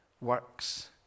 works